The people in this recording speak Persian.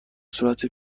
صورت